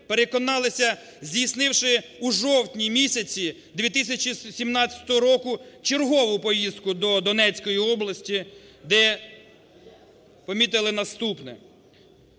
переконалися, здійснивши у жовтні-місяці 2017 року чергову поїздку до Донецької області, де помітили наступне: